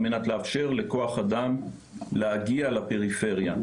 על מנת לאפשר לכוח אדם להגיע לפריפריה.